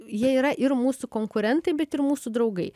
jie yra ir mūsų konkurentai bet ir mūsų draugai